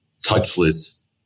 touchless